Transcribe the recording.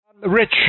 Rich